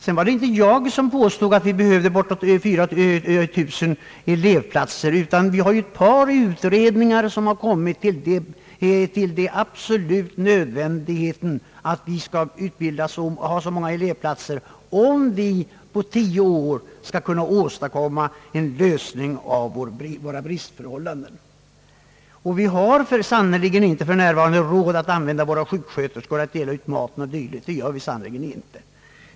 Det var inte blott jag som påstod att vi behöver bortåt 4 000 elevplatser, utan jag citerade även ett par utredningar som konstaterat den absoluta nödvändigheten av så många elevplatser, om vi på tio år skall kunna komma till rätta med bristförhållandena. För närvarande har vi sannerligen inte råd att använda våra sjuksköterskor till att dela ut mat och dylikt.